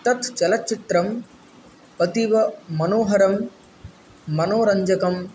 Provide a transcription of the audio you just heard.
तत् चलच्चित्रम् अतीवमनोहरं मनोरञ्जकं